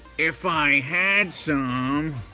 if i had some.